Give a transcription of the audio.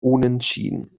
unentschieden